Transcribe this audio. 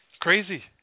crazy